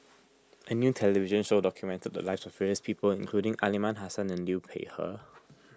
a new television show documented the lives of various people including Aliman Hassan and Liu Peihe